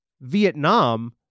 Vietnam